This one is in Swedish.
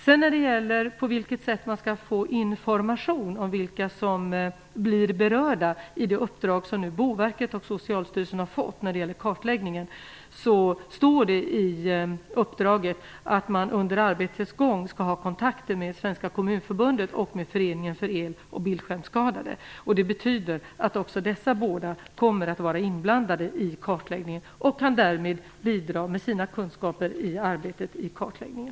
När det sedan gäller på vilket sätt man skall få information om vilka som blir berörda i det uppdrag som nu Boverket och Socialstyrelsen har fått när det gäller kartläggningen, står det i uppdraget att man under arbetets gång skall ha kontakter med Svenska kommunförbundet och med Föreningen för el och bildskärmsskadade. Det betyder att också dessa båda kommer att vara inblandade i kartläggningen och därmed kan bidra med sina kunskaper i arbetet med kartläggningen.